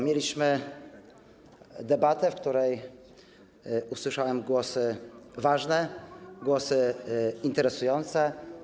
Mieliśmy debatę, podczas której usłyszałem głosy ważne, głosy interesujące.